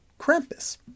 Krampus